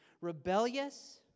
rebellious